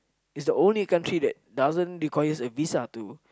it's the only country that doesn't requires a visa to